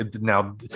now